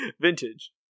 Vintage